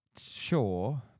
Sure